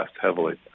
heavily